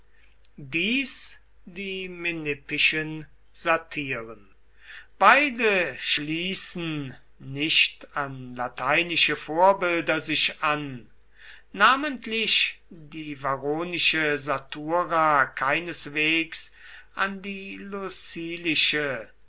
dies die menippischen satiren beide schließen nicht an lateinische vorbilder sich an namentlich die varronische satura keineswegs an die